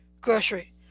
grocery